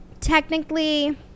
technically